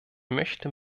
möchte